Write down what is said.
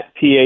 PA